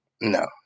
no